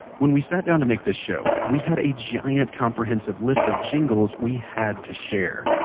when we sat down to make this show, we had a giant comprehensive list of jingles we had to share.